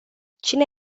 cine